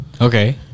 Okay